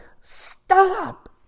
stop